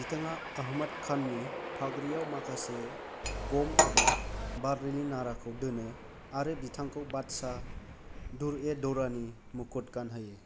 बिथाङा आहमद खाननि पागरियाव माखासे गम एबा बारलिनि नाराखौ दोनो आरो बिथांखौ बादशाह दुर ए दौराननि मुखुत गानहोयो